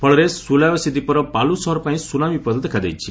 ଫଳରେ ସୁଲାଓ୍ବେଶି ଦ୍ୱୀପର ପାଲୁ ସହର ପାଇଁ ସୁନାମି ବିପଦ ଦେଖାଦେଇଛି